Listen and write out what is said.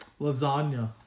Lasagna